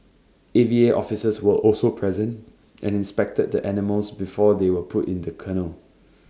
A V A officers were also present and inspected the animals before they were put in the kennel